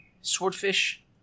Swordfish